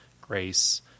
grace